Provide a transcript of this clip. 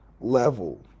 level